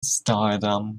stardom